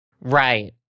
right